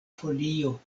folio